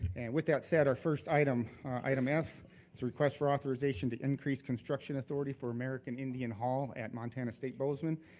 and with that said, our first item, item f, it's a request for authorization to increase construction authority for american indian hall at montana state bozeman,